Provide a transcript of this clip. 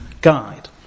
guide